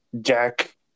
Jack